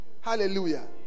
Hallelujah